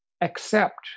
accept